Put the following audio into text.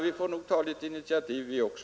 Vi får nog ta litet initiativ vi också.